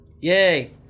Yay